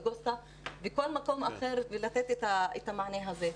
אוגוסטה וכל מקום אחר ולתת את המענה הזה.